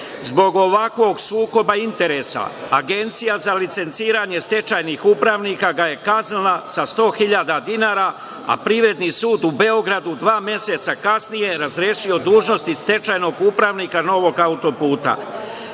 Zbog ovakvog sukoba interesa, Agencija za licenciranje stečajnih upravnika ga je kaznila sa 100.000 dinara, a Privredni sud u Beogradu dva meseca kasnije razrešio dužnosti stečajnog upravnika „Novog autoputa“.Kada